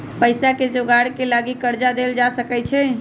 पइसाके जोगार के लागी कर्जा लेल जा सकइ छै